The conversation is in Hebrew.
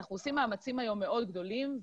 אנחנו עושים היום מאמצים מאוד גדולים.